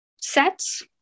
sets